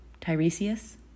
Tiresias